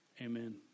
Amen